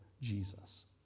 Jesus